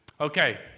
Okay